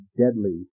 deadly